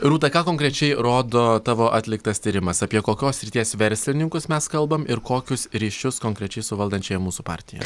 rūta ką konkrečiai rodo tavo atliktas tyrimas apie kokios srities verslininkus mes kalbam ir kokius ryšius konkrečiai su valdančiąja mūsų partija